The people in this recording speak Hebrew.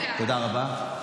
תודה רבה.